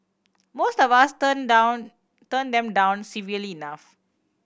most of us turn down turn them down civilly enough